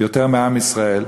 יותר מעם ישראל.